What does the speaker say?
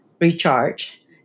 Recharge